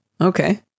okay